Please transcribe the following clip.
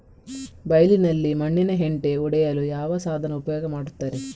ಬೈಲಿನಲ್ಲಿ ಮಣ್ಣಿನ ಹೆಂಟೆ ಒಡೆಯಲು ಯಾವ ಸಾಧನ ಉಪಯೋಗ ಮಾಡುತ್ತಾರೆ?